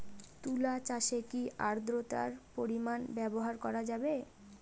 তুলা চাষে কি আদ্রর্তার পরিমাণ ব্যবহার করা যাবে?